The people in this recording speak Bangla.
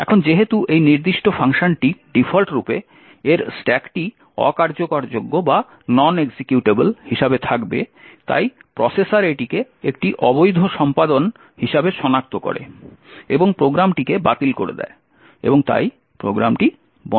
এখন যেহেতু এই নির্দিষ্ট ফাংশনটি ডিফল্টরূপে এর স্ট্যাকটি অ কার্যকরযোগ্য হিসাবে থাকবে তাই প্রসেসর এটিকে একটি অবৈধ সম্পাদন হিসাবে সনাক্ত করে এবং প্রোগ্রামটিকে বাতিল করে দেয় এবং তাই প্রোগ্রামটি বন্ধ হয়ে যায়